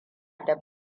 da